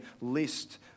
list